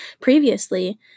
previously